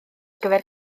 gyfer